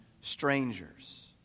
strangers